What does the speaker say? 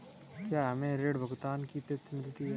क्या हमें ऋण भुगतान की तिथि मिलती है?